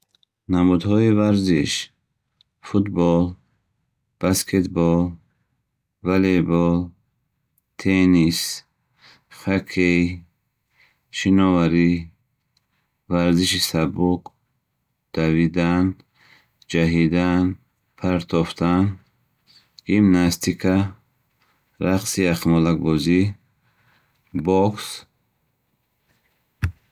намудҳои варзиш: футбол, баскетбол, валейбол, теннис, хаккей, шиноварӣ, варзиши сабук, давидан, ҷаҳидан, партофтан, гимнастика, рақси яхмолакбозӣ, бокс